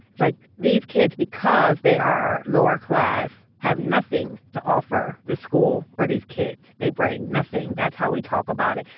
it's like, these kids, because they are lower class, have nothing to offer the schools or these kids. they bring nothing. that's how we talk about it,